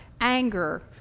anger